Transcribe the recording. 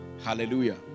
Hallelujah